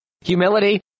humility